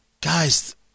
Guys